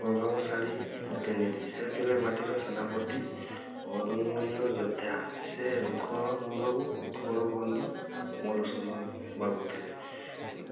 ପ୍ରଭାବଶାଳୀ ପ୍ରତିନିଧି ସେ ଥିଲେ ମାଟିର ସେନାପତି ଓ ଯୋଧ୍ୟା ସେ ଉତ୍କଳର ଗୌରବ ଉତ୍କଳର ବନ୍ଧୁ ମଧୁସୂଦନ ବାବୁ ଥିଲେ